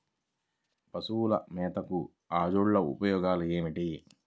పశువుల మేతగా అజొల్ల ఉపయోగాలు ఏమిటి?